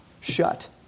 shut